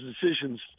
decisions